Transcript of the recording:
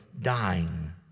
dying